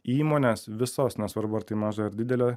įmones visas nesvarbu ar tai mažai ar didelė